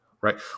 right